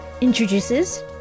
introduces